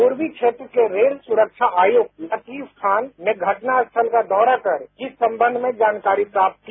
पूर्वी क्षेत्र के रेल संरक्षा आयुक्त लतीफ खानने घटना स्थल का दौरा कर इस संबंध में जानकारी प्राप्त की